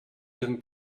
ihren